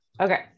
okay